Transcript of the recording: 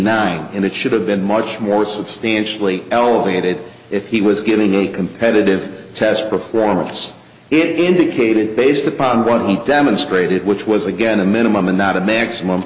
nine and it should have been much more substantially elevated if he was given a competitive test performance it indicated based upon one hundred demonstrated which was again a minimum and not a maximum